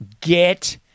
Get